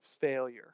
failure